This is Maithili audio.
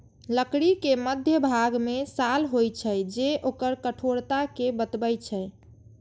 लकड़ी के मध्यभाग मे साल होइ छै, जे ओकर कठोरता कें बतबै छै